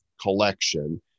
Collection